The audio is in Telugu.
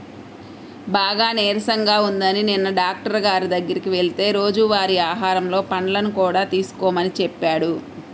బాగా నీరసంగా ఉందని నిన్న డాక్టరు గారి దగ్గరికి వెళ్తే రోజువారీ ఆహారంలో పండ్లను కూడా తీసుకోమని చెప్పాడు